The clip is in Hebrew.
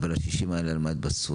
אבל ה-30 האלה על מה התבססו?